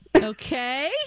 Okay